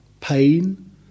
pain